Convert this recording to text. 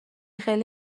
خیلی